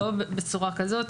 לא בצורה כזאת.